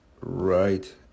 right